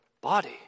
body